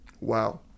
wow